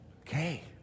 Okay